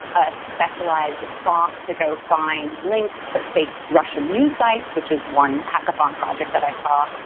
ah specialized bot to go find links to fake russian news sites, which is one hackathon project that i saw.